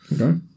okay